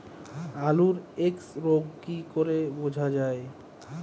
আলুর এক্সরোগ কি করে বোঝা যায়?